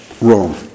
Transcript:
Rome